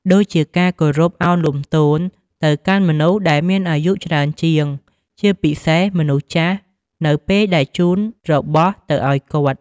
ដូចជាការគោរពឱនលំទោនទៅកាន់មនុស្សដែលមានអាយុច្រើនជាង ជាពិសេសមនុស្សចាស់នៅពេលដែលជូនរបស់ទៅអោយគាត់។